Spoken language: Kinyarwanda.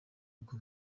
ubwo